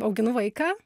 auginu vaiką